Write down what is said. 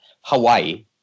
Hawaii